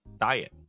diet